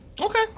Okay